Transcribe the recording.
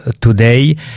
today